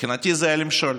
מבחינתי זה היה למשול.